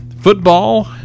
football